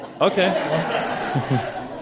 Okay